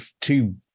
two